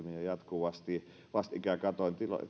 jatkuvasti kasvava ilmiö vastikään katsoin